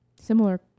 similar